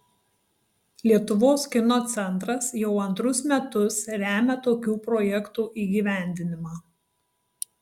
lietuvos kino centras jau antrus metus remia tokių projektų įgyvendinimą